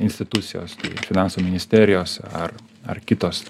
institucijos finansų ministerijos ar ar kitos